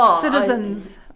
citizens